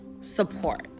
support